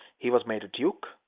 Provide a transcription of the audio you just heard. he was made a duke,